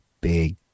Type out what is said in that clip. big